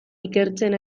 ikertzen